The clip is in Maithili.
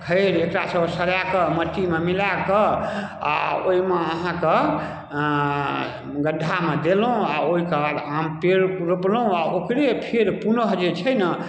खैर एकरा सभके सड़ाकऽ मट्टीमे मिलाकऽ आओर ओइमे अहाँके अऽ गड्ढामे देलहुँ आओर ओइके बाद आम पेड़ रोपलहुँ आओर ओकरे फेर पुनः जे छै ने